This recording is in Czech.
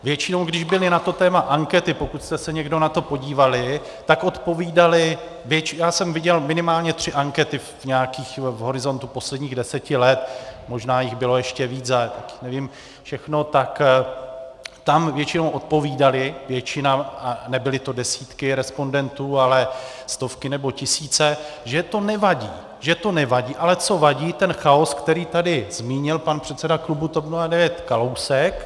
Většinou, když byly na to téma ankety, pokud jste se někdo na to podívali, tak odpovídaly já jsem viděl minimálně tři ankety v horizontu posledních 10 let, možná jich bylo ještě víc, nevím všechno, tak tam většinou odpovídali, většina, a nebyly to desítky respondentů, ale stovky nebo tisíce, že to nevadí, ale co vadí, je ten chaos, který tady zmínil pan předseda klubu TOP 09 Kalousek.